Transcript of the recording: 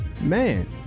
man